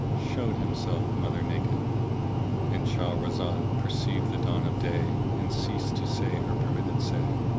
showed himself mother naked and shahrazad perceived the dawn of day and ceased to say her permitted say.